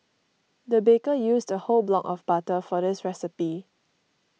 the baker used a whole block of butter for this recipe